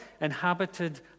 inhabited